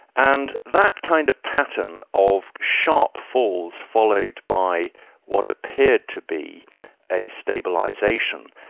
and that kind of pattern of sharp falls followed by what appeared to be a stabilisation.